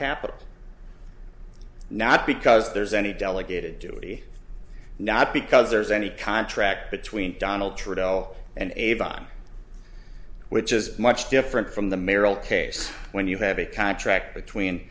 capital not because there's any delegated duty not because there's any contract between donald trudeau and avon which is much different from the merrill case when you have a contract between